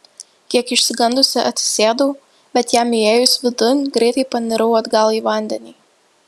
kiek išsigandusi atsisėdau bet jam įėjus vidun greitai panirau atgal į vandenį